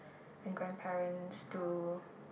and grandparents to